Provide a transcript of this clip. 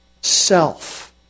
self